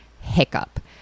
hiccup